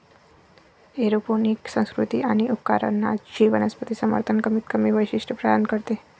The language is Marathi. एरोपोनिक संस्कृती आणि उपकरणांचे वनस्पती समर्थन कमीतकमी वैशिष्ट्ये प्रदान करते